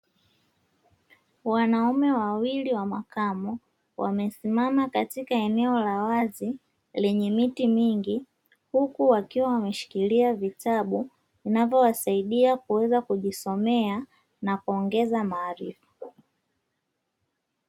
Wanaume wawili wa makamo, wamesimama katika eneo lenye miti mingi huku wakiwa wameshikilia vitabu vinavyowasaidia kuweza kujisomea na kuongeza maarifa.